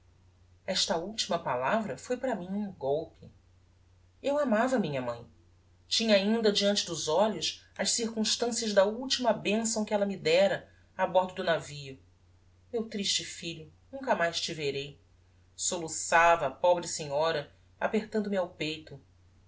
esta ultima palavra foi para mim um golpe eu amava minha mãe tinha ainda deante dos olhos as circumstancias da ultima benção que ella me dera a bordo do navio meu triste filho nunca mais te verei soluçava a pobre senhora apertando-me ao peito